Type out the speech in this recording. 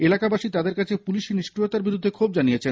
এলাকাবাসী তাদের কাছে পুলিশী নিষ্ক্রিয়তার বিরুদ্ধে ক্ষোভ জানিয়েছেন